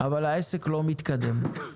אבל העסק לא מתקדם.